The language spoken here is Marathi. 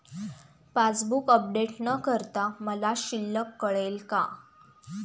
पासबूक अपडेट न करता मला शिल्लक कळेल का?